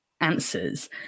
answers